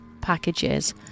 packages